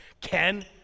Ken